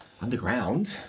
underground